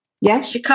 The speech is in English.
Yes